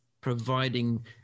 providing